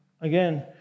again